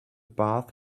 bath